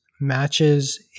matches